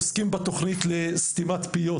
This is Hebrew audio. עוסקים בתוכנית לסתימת פיות,